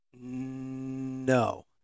No